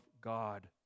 God